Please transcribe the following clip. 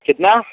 कितना